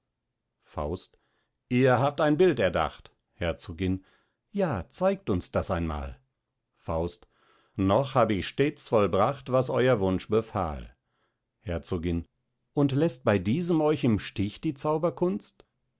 faust ihr habt ein bild erdacht herzogin ja zeigt uns das einmal faust noch hab ich stäts vollbracht was euer wunsch befahl herzogin und läßt bei diesem euch im stich die zauberkunst